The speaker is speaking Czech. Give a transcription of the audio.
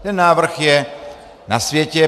Ten návrh je na světě.